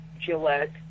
Gillette